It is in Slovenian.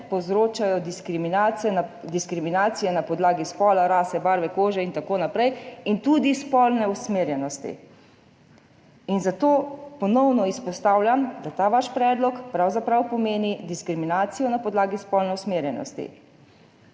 povzročajo diskriminacije na podlagi spola, rase, barve kože in tako naprej in tudi spolne usmerjenosti. In zato ponovno izpostavljam, da ta vaš predlog pravzaprav pomeni diskriminacijo na podlagi spolne usmerjenosti,